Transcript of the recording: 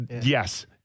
Yes